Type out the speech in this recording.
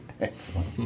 Excellent